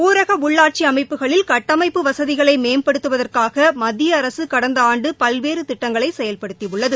ஊரக உள்ளாட்சி அமைப்புகளில் கட்டமைப்பு வசதிகளை மேம்படுத்தவதற்காக மத்திய அரசு கடந்த ஆண்டு பல்வேறு திட்டங்களை செயல்படுத்தியுள்ளது